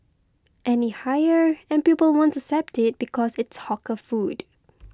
any higher and people won't accept it because it's hawker food